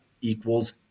equals